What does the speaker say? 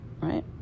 right